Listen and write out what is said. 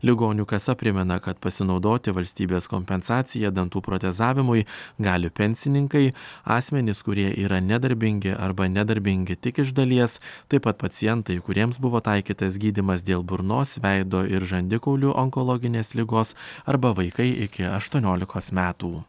ligonių kasa primena kad pasinaudoti valstybės kompensacija dantų protezavimui gali pensininkai asmenys kurie yra nedarbingi arba nedarbingi tik iš dalies taip pat pacientai kuriems buvo taikytas gydymas dėl burnos veido ir žandikaulių onkologinės ligos arba vaikai iki aštuoniolikos metų